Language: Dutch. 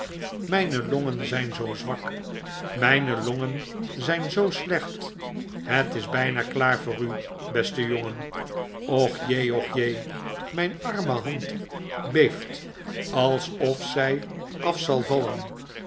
mijne longen zjjn zoo zwak myne longen zp zoo slecht het is bpa klaar voor u beste jongen och je ochje mparme hand beeft alsof zjj af zal vallen